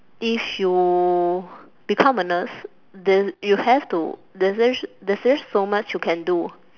if you become a nurse the you have to there's just there's just so much you can do